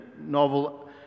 novel